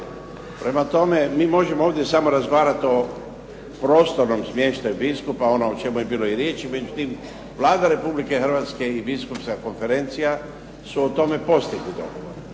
Prema tome, mi možemo ovdje samo razgovarati o prostornom smještaju biskupa ono o čemu je bilo i riječi. Međutim, Vlada Republike Hrvatske i biskupska konferencija su o tome postigli dogovore.